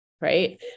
right